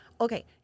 Okay